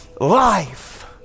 life